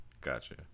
Gotcha